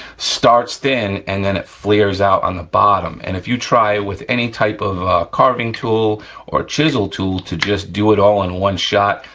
starts thin and then it flares out on the bottom and if you try with any type of carving tool or chisel tool to just do it all in one shot,